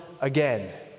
again